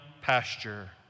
pasture